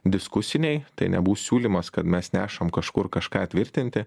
diskusiniai tai nebus siūlymas kad mes nešam kažkur kažką tvirtinti